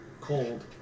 cold